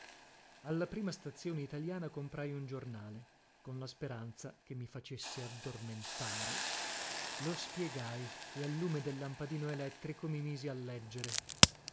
alla prima stazione italiana comprai un giornale con la speranza che mi facesse addormentare lo spiegai e al lume del lampadino elettrico mi misi a leggere